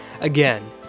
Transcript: Again